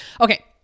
Okay